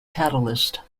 catalyst